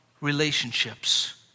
relationships